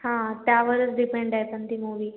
हा त्यावरच डिपेंड आहे पण ती मूव्ही